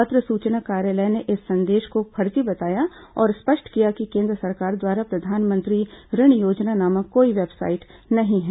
पत्र सूचना कार्यालय ने इस संदेश को फर्जी बताया और स्पष्ट किया कि केन्द्र सरकार द्वारा प्रधानमंत्री ऋण योजना नामक कोई वेबसाइट नहीं है